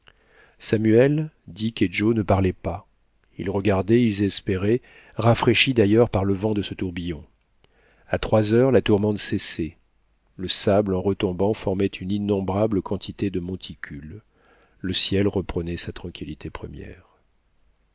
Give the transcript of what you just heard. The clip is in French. samuel dick et joe ne parlaient pas ils regardaient ils espéraient rafraîchis d'ailleurs par le vent de ce tourbillon a trois heures la tourmente cessait le sable en retombant formait une innombrable quantité de monticules le ciel reprenait sa tranquillité première